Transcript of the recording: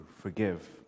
forgive